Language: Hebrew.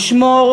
לשמור,